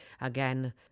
Again